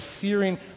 fearing